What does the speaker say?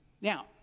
Now